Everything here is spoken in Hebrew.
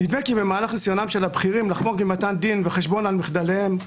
במהלך ניסיונם של הבכירים לחמוק ממתן דין וחשבון על מחדליהם,